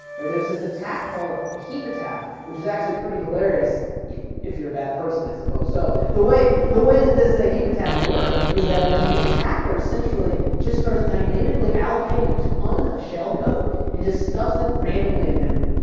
or there's this attack called a heap attack, which is actually pretty hilarious if if you're a bad person, i suppose. so the way the way that this ah heap attack works is, that the attacker essentially just starts dynamically allocating a ton of shell code and just stuffs it randomly in memory,